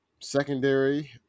secondary